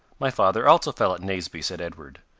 my father also fell at naseby, said edward.